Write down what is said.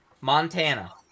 Montana